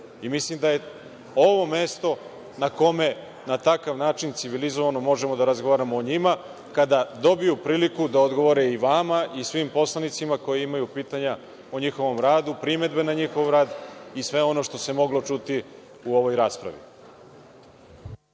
i mislim da je ovo mesto na kome na takav način, civilizovano, možemo da razgovaramo o njima kada dobiju priliku da odgovore i vama i svim poslanicima koji imaju pitanja o njihovom radu, primedbe na njihov rad i sve ono što se moglo čuti u ovoj raspravi.